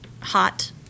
hot